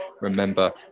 remember